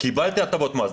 קיבלתי הטבות מס,